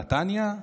נתניה,